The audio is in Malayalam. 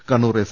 കണ്ണൂർ എസ്